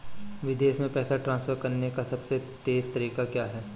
विदेश में पैसा ट्रांसफर करने का सबसे तेज़ तरीका क्या है?